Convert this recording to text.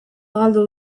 galdu